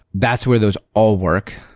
that's where those all work.